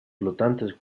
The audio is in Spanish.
flotantes